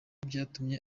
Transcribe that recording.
byatumye